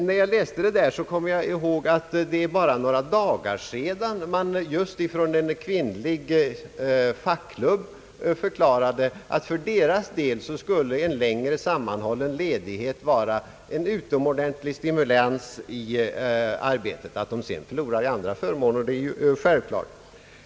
När jag läste detta kom jag ihåg att en kvinnlig fackklubb för bara några dagar sedan förklarade, att en längre och sammanhållen ledighet för deras del skulle vara en utomordentlig stimulans i arbetet. Att de sedan förlorar i andra förmåner är ju självklart.